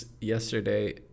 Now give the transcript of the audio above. yesterday